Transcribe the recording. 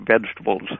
vegetables